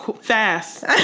Fast